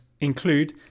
include